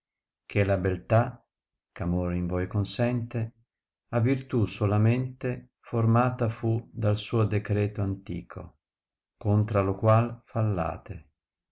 che la beltà ch'amore in voi consente a virtù solamente formata fu dal suo deci'eto antico contra lo qual fallate